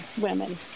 women